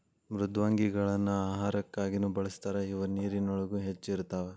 ಮೃದ್ವಂಗಿಗಳನ್ನ ಆಹಾರಕ್ಕಾಗಿನು ಬಳಸ್ತಾರ ಇವ ನೇರಿನೊಳಗ ಹೆಚ್ಚ ಇರತಾವ